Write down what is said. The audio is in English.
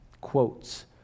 Quotes